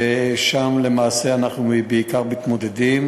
שם למעשה אנחנו בעיקר מתמודדים.